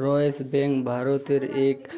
yes Bank ভারতের ইকট